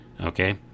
Okay